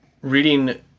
reading